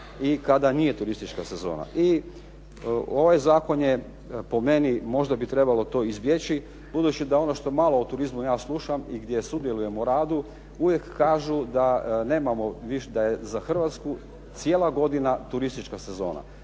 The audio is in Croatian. i kada nije turistička sezona. I ovaj zakon je po meni možda bi trebalo to izbjeći budući da ono što malo o turizmu ja slušam i gdje sudjelujem o radu uvijek kažemo da je za Hrvatsku cijela godina turistička sezona.